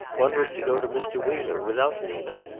one was to go to mr. wheeler, without nina,